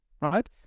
right